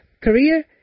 career